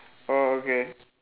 oh okay